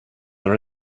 are